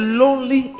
lonely